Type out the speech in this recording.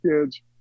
kids